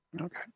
Okay